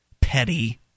petty